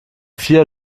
vier